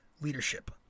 leadership